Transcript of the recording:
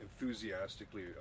enthusiastically